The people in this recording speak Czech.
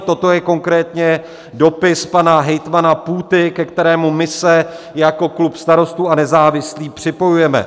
Toto je konkrétně dopis pana hejtmana Půty, ke kterému se my jako klub Starostů a nezávislých připojujeme.